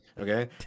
okay